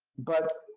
but,